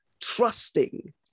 trusting